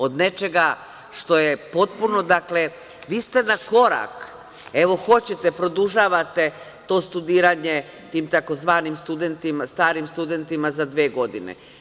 Od nečega što je, da kažem, vi ste na korak, evo, hoćete produžavate to studiranje tim tzv. starim studentima za dve godine.